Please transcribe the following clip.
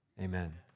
Amen